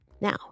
Now